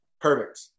Perfect